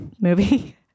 Movie